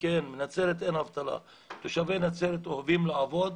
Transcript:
בנצרת אין אבטלה ותושבי נצרת אוהבים לעבוד,